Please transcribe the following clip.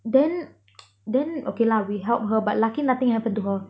then then okay lah we help her but lucky nothing happened to her